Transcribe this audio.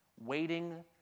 waiting